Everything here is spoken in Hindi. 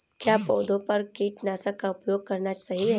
क्या पौधों पर कीटनाशक का उपयोग करना सही है?